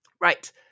Right